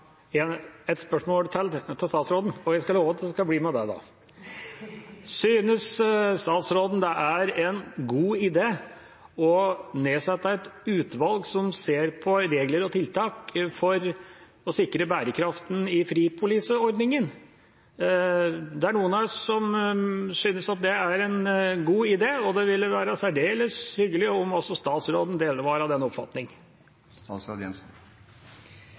et spørsmål til til statsråden, og jeg skal love at det skal bli med det. Synes statsråden det er en god idé å nedsette et utvalg som ser på regler og tiltak for å sikre bærekraften i fripoliseordningen? Det er noen her som synes at det er en god idé, og det ville være særdeles hyggelig om også statsråden var av den oppfatning.